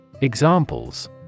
Examples